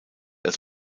als